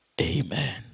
amen